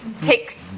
take